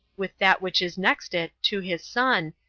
with that which is next it, to his son,